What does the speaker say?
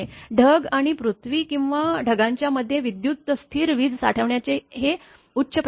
ढग आणि पृथ्वी किंवा ढगांच्या मध्ये विद्युत स्थिर वीज साठवण्याचे हे उच्च प्रवाह आहे